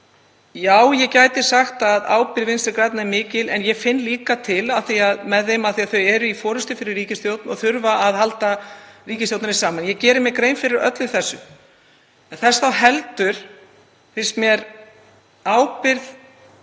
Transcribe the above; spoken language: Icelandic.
Já, ég gæti sagt að ábyrgð Vinstri grænna væri mikil en ég finn líka til með þeim af því að þau eru í forystu fyrir ríkisstjórn og þurfa að halda ríkisstjórninni saman. Ég geri mér grein fyrir öllu þessu. En þess þá heldur finnst mér ábyrgð